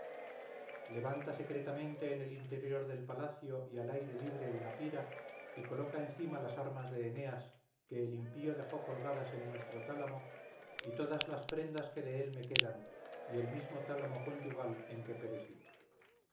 levanta secretamente en el interior del palacio y al aire libre una pira y coloca encima las armas de eneas que el impío dejó colgadas en nuestro tálamo y todas las prendas que de él me quedan y el mismo tálamo conyugal en que perecí